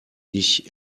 ich